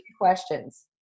questions